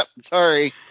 Sorry